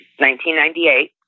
1998